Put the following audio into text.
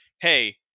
hey